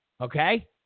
Okay